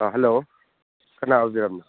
hello ꯀꯅꯥ ꯑꯣꯏꯕꯤꯔꯕꯅꯣ